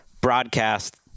broadcast